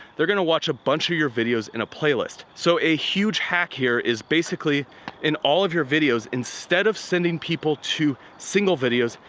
they're gonna watch a bunch of your videos in a playlist. so a huge hack here is basically in all of your videos, instead of sending people to single videos,